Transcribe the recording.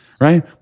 Right